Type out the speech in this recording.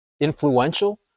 influential